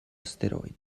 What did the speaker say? asteroidi